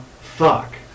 fuck